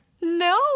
No